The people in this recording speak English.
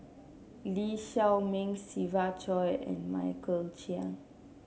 Lee Shao Meng Siva Choy and Michael Chiang